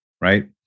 right